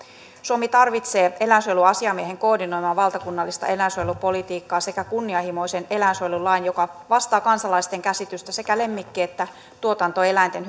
suomi tarvitsee eläinsuojeluasiamiehen koordinoimaa valtakunnallista eläinsuojelupolitiikkaa sekä kunnianhimoisen eläinsuojelulain joka vastaa kansalaisten käsitystä sekä lemmikki että tuotantoeläinten